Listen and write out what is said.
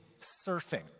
surfing